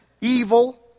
evil